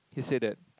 he said that